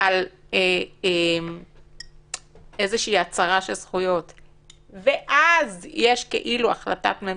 על איזושהי הצהרה של זכויות ואז יש כאילו החלטת ממשלה,